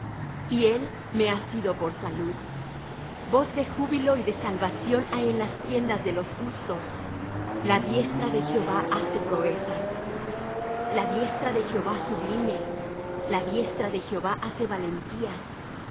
y él me ha sido por salud voz de júbilo y de salvación hay en las tiendas de los justos la diestra de jehová hace proezas la diestra de jehová sublime la diestra de jehová hace valentías